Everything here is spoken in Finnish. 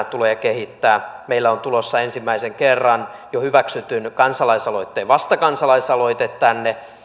tulee kehittää meillä on tulossa ensimmäisen kerran jo hyväksytyn kansalaisaloitteen vastakansalaisaloite tänne